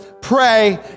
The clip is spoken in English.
Pray